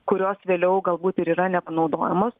kurios vėliau galbūt ir yra nepanaudojamos